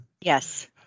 Yes